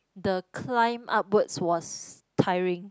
the climb upwards was tiring